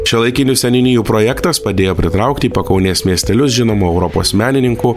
šiuolaikinių seniūnijų projektas padėjo pritraukti į pakaunės miestelius žinomų europos menininkų